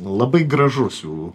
labai gražus jų